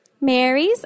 Marys